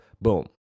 boom